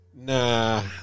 Nah